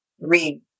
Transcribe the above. read